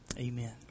Amen